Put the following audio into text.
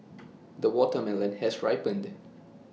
the watermelon has ripened